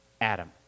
Adam